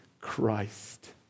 Christ